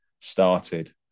started